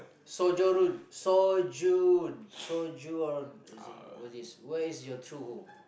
sojourn sojourn sojourn what is this what is your true home